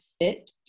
fit